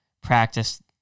practice